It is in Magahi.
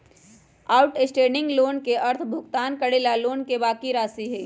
आउटस्टैंडिंग लोन के अर्थ भुगतान करे ला लोन के बाकि राशि हई